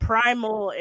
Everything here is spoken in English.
Primal